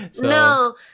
No